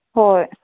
ꯍꯣꯏ